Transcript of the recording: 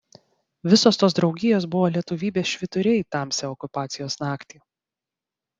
visos tos draugijos buvo lietuvybės švyturiai tamsią okupacijos naktį